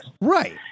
right